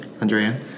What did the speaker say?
Andrea